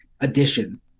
addition